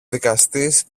δικαστής